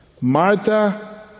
Martha